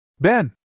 Ben